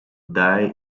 die